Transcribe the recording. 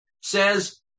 says